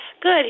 Good